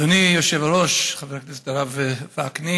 אדוני היושב-ראש, חבר הכנסת הרב וקנין,